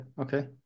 Okay